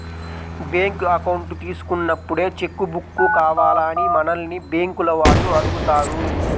bank account తీసుకున్నప్పుడే cheque book కావాలా అని మనల్ని బ్యేంకుల వాళ్ళు అడుగుతారు